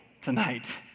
tonight